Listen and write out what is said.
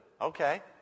Okay